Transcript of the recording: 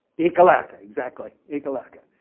ekalaka. exactly. ekalaka.